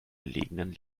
gelegenen